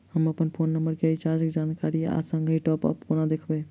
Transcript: हम अप्पन phone number केँ रिचार्जक जानकारी आ संगहि टॉप अप कोना देखबै?